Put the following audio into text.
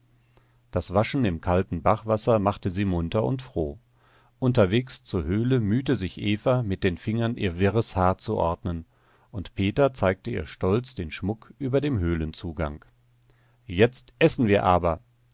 das waschen im kalten bachwasser machte sie munter und froh unterwegs zur höhle mühte sich eva mit den fingern ihr wirres haar zu ordnen und peter zeigte ihr stolz den schmuck über dem höhlenzugang jetzt essen wir aber